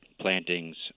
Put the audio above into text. plantings